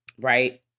right